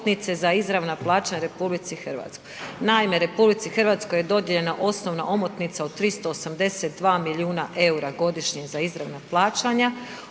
RH-i je dodijeljena osnovna omotnica od 382 milijuna eura godišnje za izravna plaćanja.